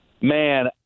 Man